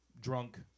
drunk